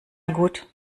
gut